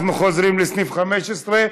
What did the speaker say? אנחנו חוזרים לסעיף 15,